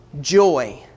joy